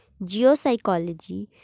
geopsychology